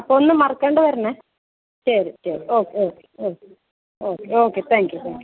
അപ്പോൾ ഒന്നും മറക്കാണ്ട് വരണേ ശരി ശരി ഓ ഓ ഓ okay okay thank you thank U